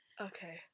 Okay